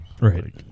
Right